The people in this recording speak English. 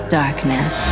darkness